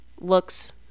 looks